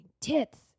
tits